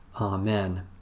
Amen